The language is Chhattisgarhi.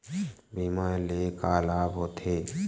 बीमा ले का लाभ होथे?